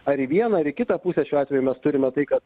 arį vieną ar į kitą pusę šiuo atveju mes turime tai kad